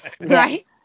Right